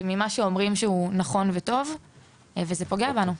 באשר למה שאומרים שהוא נכון וטוב וזה דבר שפוגע בנו.